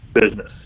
business